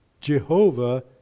Jehovah